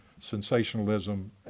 sensationalism